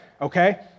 Okay